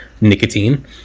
nicotine